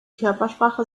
körpersprache